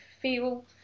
feel